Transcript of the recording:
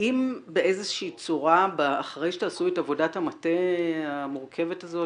האם באיזו שהיא צורה אחרי שתעשו את עבודת המטה המורכבת הזאת